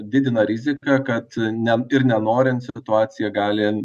didina riziką kad ne ir nenorint situacija gali